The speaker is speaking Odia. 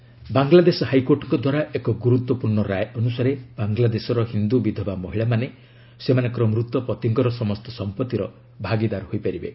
ବାଂଲାଦେଶ ଏଚ୍ସି ବ୍ୟୁଲାଦେଶ ହାଇକୋର୍ଟଙ୍କ ଦ୍ୱାରା ଏକ ଗୁରୁତ୍ୱପୂର୍ଣ୍ଣ ରାୟ ଅନୁସାରେ ବାଂଲାଦେଶର ହିନ୍ଦୁ ବିଧବା ମହିଳାମାନେ ସେମାନଙ୍କର ମୃତ ପତିଙ୍କର ସମସ୍ତ ସମ୍ପଭିର ଭାଗିଦାର ହୋଇପାରିବେ